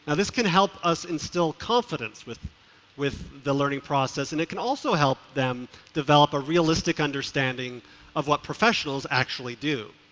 ah this can help us instill confidence with with the learning process, and it can also help them develop a realistic understanding of what professionalsactually do.